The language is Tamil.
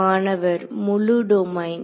மாணவர் முழு டொமைன்